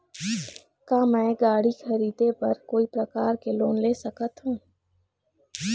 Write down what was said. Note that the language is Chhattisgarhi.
का मैं गाड़ी खरीदे बर कोई प्रकार के लोन ले सकत हावे?